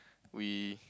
we